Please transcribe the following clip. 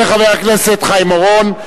תודה רבה לחבר הכנסת חיים אורון.